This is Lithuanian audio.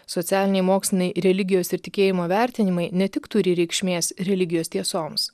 socialiniai moksliniai religijos ir tikėjimo vertinimai ne tik turi reikšmės religijos tiesoms